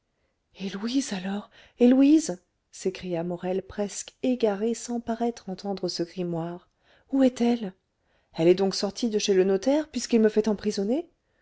et louise alors et louise s'écria morel presque égaré sans paraître entendre ce grimoire où est-elle elle est donc sortie de chez le notaire puisqu'il me fait emprisonner